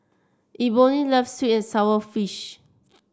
Eboni loves sweet and sour fish